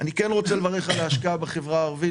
על ההשקעה בחברה הערבית.